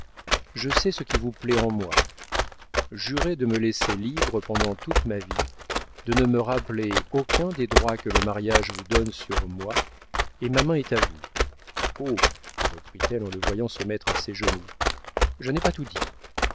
je sais ce qui vous plaît en moi jurez de me laisser libre pendant toute ma vie de ne me rappeler aucun des droits que le mariage vous donne sur moi et ma main est à vous oh reprit-elle en le voyant se mettre à ses genoux je n'ai pas tout dit